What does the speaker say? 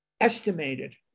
estimated